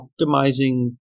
optimizing